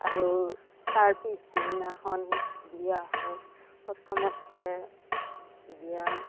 আৰু তাৰ পিছদিনাখন বিয়া হয় প্ৰথমতে বিয়া